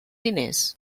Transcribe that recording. diners